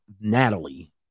Natalie